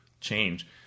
change